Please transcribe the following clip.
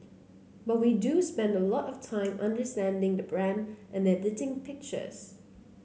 but we do spend a lot of time understanding the brand and editing pictures